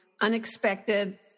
unexpected